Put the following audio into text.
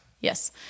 Yes